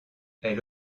elle